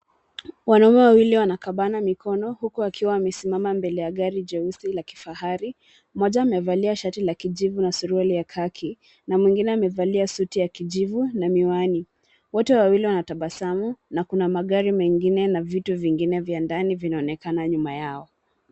Wanaume wawili wanakabana mikono, huku wakiwa wamesimama mbele ya gari jeusi la kifahari. Mmoja amevalia shati la kijivu na suruali ya khaki, na mwingine amevalia suti ya kijivu na miwani. Wote wawili wanatabasamu, na kuna magari mengine na vitu vingine vya ndani vinaonekana nyuma yao.